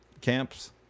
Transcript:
camps